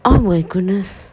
oh my goodness